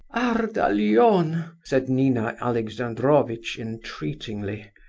ardalion, said nina alexandrovitch, and entreatingly.